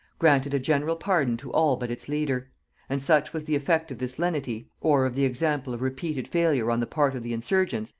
granted a general pardon to all but its leader and such was the effect of this lenity, or of the example of repeated failure on the part of the insurgents,